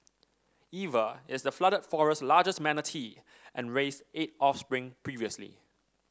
Eva is the Flooded Forest's largest manatee and raised eight offspring previously